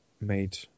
made